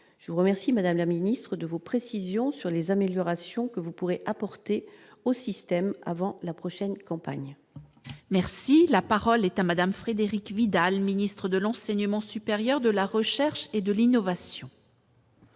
je vous remercie, Madame la Ministre, de vos précisions sur les améliorations que vous pourrez apporter au système avant la prochaine campagne. Merci, la parole est à Madame Frédérique Vidal, ministre de l'enseignement supérieur de la recherche et de l'innovation.